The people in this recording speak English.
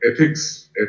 Ethics